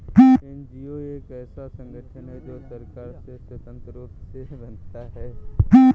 NGO एक ऐसा संगठन है जो सरकार से स्वतंत्र रूप से बनता है